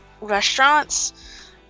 restaurants